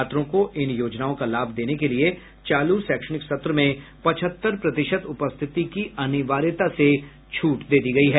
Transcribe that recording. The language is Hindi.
छात्रों को इन योजनाओं का लाभ देने के लिए चालू शैक्षणिक सत्र में पचहत्तर प्रतिशत उपस्थिति की अनिवार्यता से छूट दी गयी है